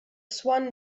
swan